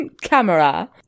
Camera